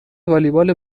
والیبال